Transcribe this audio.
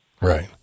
Right